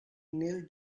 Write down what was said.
knelt